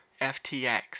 FTX